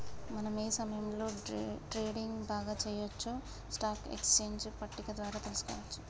మనం ఏ సమయంలో ట్రేడింగ్ బాగా చెయ్యొచ్చో స్టాక్ ఎక్స్చేంజ్ పట్టిక ద్వారా తెలుసుకోవచ్చు